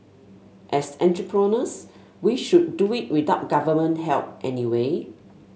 as entrepreneurs we should do it without government help anyway